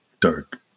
dark